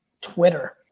Twitter